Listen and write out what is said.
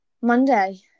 Monday